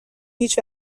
هیچ